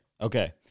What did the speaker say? Okay